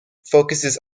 focuses